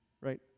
right